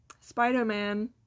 Spider-Man